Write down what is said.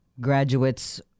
graduates